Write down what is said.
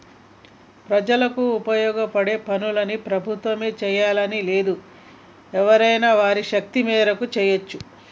ప్రజలకు ఉపయోగపడే పనులన్నీ ప్రభుత్వమే చేయాలని లేదు ఎవరైనా వారి శక్తి మేరకు చేయవచ్చు